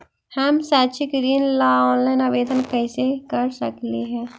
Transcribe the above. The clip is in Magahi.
हम शैक्षिक ऋण ला ऑनलाइन आवेदन कैसे कर सकली हे?